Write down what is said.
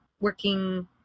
working